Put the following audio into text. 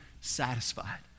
satisfied